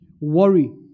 worry